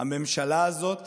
הממשלה הזאת